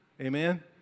amen